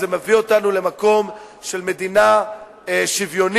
זה מביא אותנו למקום של מדינה שוויונית,